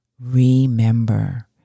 Remember